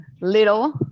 little